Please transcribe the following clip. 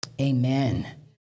Amen